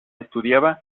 estudiaba